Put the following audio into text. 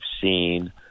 seen